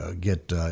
get